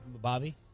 Bobby